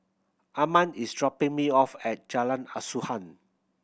Armand is dropping me off at Jalan Asuhan